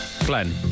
Glenn